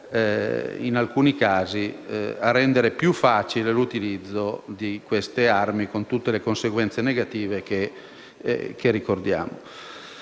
in alcuni casi, a rendere più facile l'utilizzo delle armi, con le conseguenze negative che ricordiamo